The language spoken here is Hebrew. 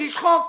נגיש חוק,